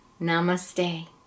Namaste